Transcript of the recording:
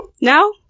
Now